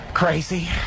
crazy